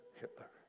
Hitler